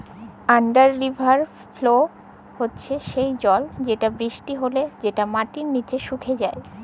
under river flow হচ্যে সেই জল যেটা বৃষ্টি হলে যেটা মাটির নিচে সুকে যায়